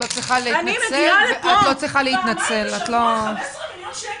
אני באה לפה פעמיים בשבוע, 15 מיליון שקל?